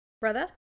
Brother